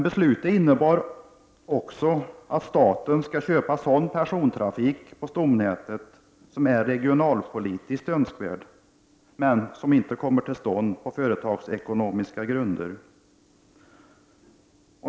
Beslutet innebar vidare att staten skall köpa sådan persontrafik på stomnätet som är regionalpolitiskt önskvärd men som inte kan komma till stånd på företagsekonomiska grunder.